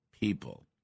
people